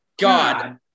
God